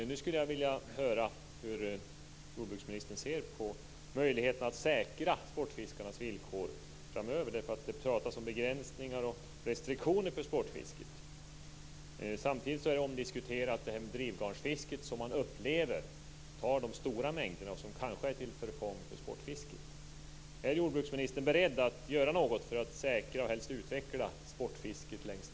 Jag skulle vilja höra hur jordbruksministern ser på möjligheten att säkra sportfiskarnas villkor framöver, eftersom det talas om begränsningar och restriktioner för sportfisket. Samtidigt är drivgarnsfisket omdiskuterat, som man upplever tar de stora mängderna och som kanske är till förfång för sportfisket.